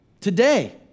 today